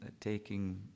taking